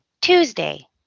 Tuesday